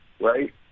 Right